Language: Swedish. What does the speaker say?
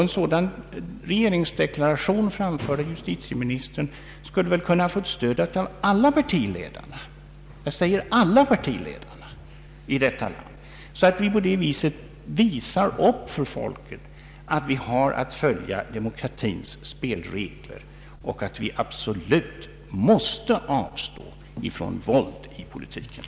En sådan regeringsdeklaration, framförd av justitieministern, borde kunna få stöd av alla partiledarna, så att vi därigenom visade för folket att demokratins spelregler måste följas och att vi absolut måste avstå från våld i Politiken.